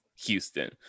houston